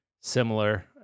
similar